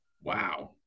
Wow